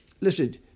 Listen